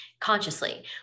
consciously